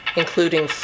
including